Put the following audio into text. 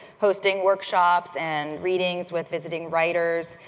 hosting workshops and readings with visiting writers,